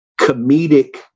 comedic